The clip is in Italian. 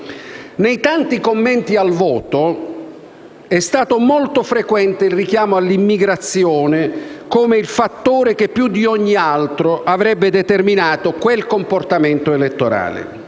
Nei tanti commenti al voto è stato molto frequente il richiamo all'immigrazione come fattore che, più di ogni altro, avrebbe determinato quel comportamento elettorale.